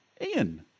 Ian